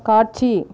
காட்சி